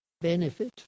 benefit